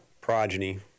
progeny